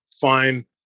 fine